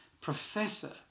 professor